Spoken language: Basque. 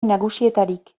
nagusietarik